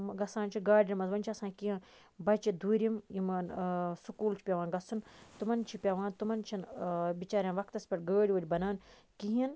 گَژھان چھِ گاڑِ مَنٛز وۄنۍ چھُ آسان کینٛہہ بَچہِ دوٗرِم یِمَن سُکوٗل چھُ پیٚوان گَژھُن تِمَن چھُ پیٚوان تِمن چھُنہٕ بِچاریٚن وَقتَس پیٚٹھ گٲڑۍ وٲڑۍ بَنان کِہیٖنۍ